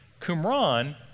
Qumran